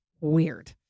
Weird